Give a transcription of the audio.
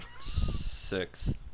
Six